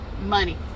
money